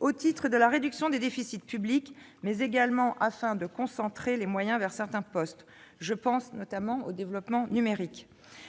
au titre de la réduction des déficits publics, mais également afin de concentrer les moyens sur certains postes- je pense notamment au développement numérique.